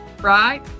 right